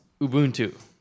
Ubuntu